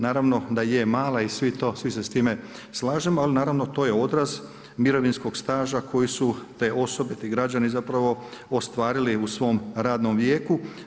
naravno da je mala i svi se s time slažemo, ali naravno to je odraz mirovinskog staža koje su te osobe i građani zapravo ostvarili u svom radnom vijeku.